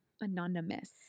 Anonymous